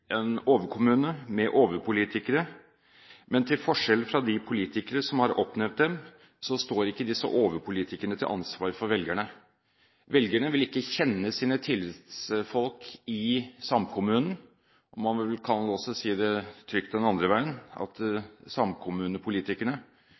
en overkommune med overpolitikere, men til forskjell fra de politikere som har oppnevnt dem, står ikke disse overpolitikerne til ansvar for velgerne. Velgerne vil ikke kjenne sine tillitsfolk i samkommunen, og man kan vel også trygt si det den andre veien, at